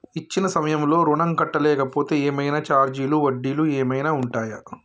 ఇచ్చిన సమయంలో ఋణం కట్టలేకపోతే ఏమైనా ఛార్జీలు వడ్డీలు ఏమైనా ఉంటయా?